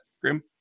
Grim